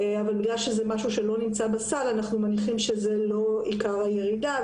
אבל בגלל שזה משהו שלא נמצא בסל אנחנו מניחים שזו לא עיקר הירידה.